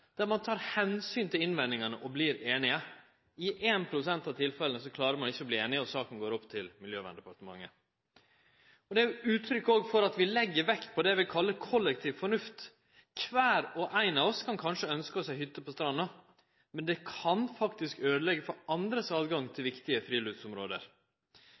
der ein tek omsyn til innvendingane og vert einig. I 1 pst. av tilfella klarer ein ikkje å bli einig, og saka går til Miljøverndepartementet. Det er òg uttrykk for at vi legg vekt på det vi kaller kollektiv fornuft. Kvar og ein av oss kan kanskje ønskje oss ei hytte på stranda, men det kan faktisk øydeleggje for andres tilgang til viktige friluftsområde.